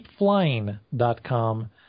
keepflying.com